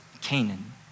Canaan